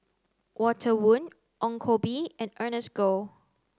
Walter Woon Ong Koh Bee and Ernest Goh